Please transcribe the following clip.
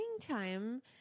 springtime